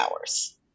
hours